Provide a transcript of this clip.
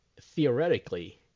theoretically